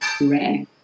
rare